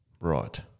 Right